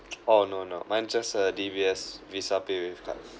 orh no no mine just a D_B_S Visa paywave card